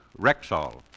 Rexall